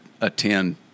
attend